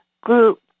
group